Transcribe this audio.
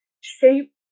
shape